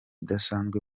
udasanzwe